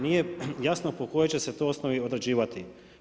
Nije jasno po kojoj će se to osnovi određivati.